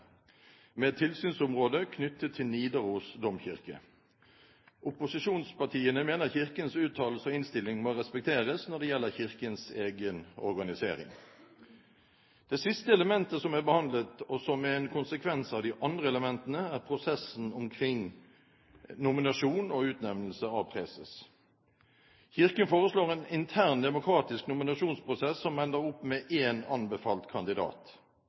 med et tilsynsområde knyttet til Nidaros domkirke. Opposisjonspartiene mener Kirkens uttalelse og innstilling må respekteres når det gjelder Kirkens egen organisering. Det siste elementet som er behandlet, og som er en konsekvens av de andre elementene, er prosessen omkring nominasjon og utnevnelse av preses. Kirken foreslår en intern demokratisk nominasjonsprosess som ender opp med én anbefalt kandidat.